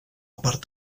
part